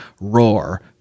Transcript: ROAR